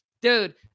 dude